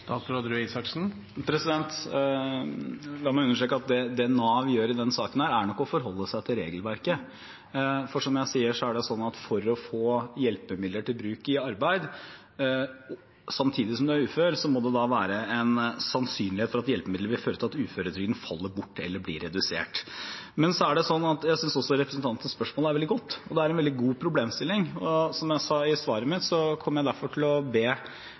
La meg understreke at det Nav gjør i denne saken, nok er å forholde seg til regelverket. For som jeg sier, er det sånn at for å få hjelpemidler til bruk i arbeid samtidig som man er ufør, må det være en sannsynlighet for at hjelpemiddelet vil føre til at uføretrygden faller bort eller blir redusert. Jeg synes representantens spørsmål er veldig godt; det er en veldig god problemstilling. Som jeg sa i svaret mitt, kommer jeg derfor til å be